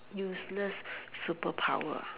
useless superpower